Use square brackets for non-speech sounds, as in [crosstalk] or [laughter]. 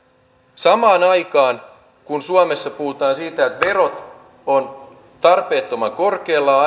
samaan aikaan kun suomessa puhutaan siitä että verot ovat tarpeettoman korkealla [unintelligible]